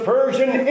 Persian